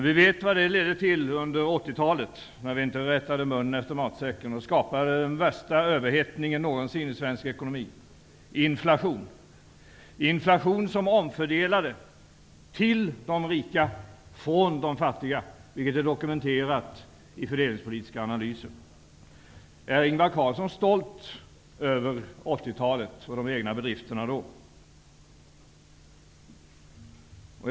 Vi vet vad det ledde till under 80-talet, då vi inte rättade munnen efter matsäcken och skapade den värsta överhettningen någonsin i svensk ekonomi och en inflation som omfördelade till de rika från de fattiga, vilket är dokumenterat i fördelningspolitiska analyser. Är Ingvar Carlsson stolt över 80-talet och de egna bedrifterna under den tiden?